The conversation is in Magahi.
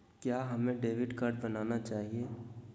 क्या हमें डेबिट कार्ड बनाना चाहिए?